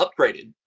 upgraded